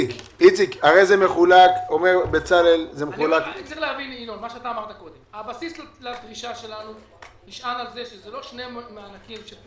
הרי זה מחולק- -- הבסיס לדרישה שלנו נשען על זה שזה לא שני מענקים.